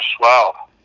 wow